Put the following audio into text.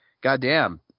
goddamn